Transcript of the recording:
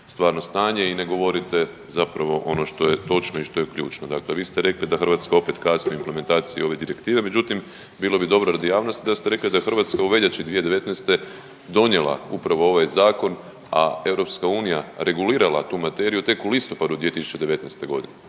stvarno stanje i ne govorite zapravo ono što je točno i što je ključno. Dakle, vi ste rekli da Hrvatska opet kasni u implementaciji ove direktive međutim bilo bi dobro radi javnosti da ste rekli da je Hrvatska u veljači 2019. donijela upravo ovaj zakon, a EU regulirala tu materiju tek u listopadu 2019. godine,